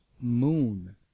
Moon